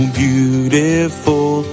beautiful